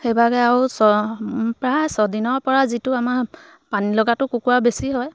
সেইবাবে আৰু ছ প্ৰায় ছদিনৰ পৰা যিটো আমাৰ পানী লগাটো কুকুৰাৰ বেছি হয়